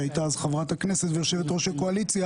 שהיתה אז חברת הכנסת ויושבת-ראש הקואליציה